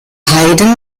haydn